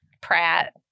Pratt